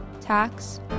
tax